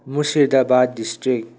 Murshidabad district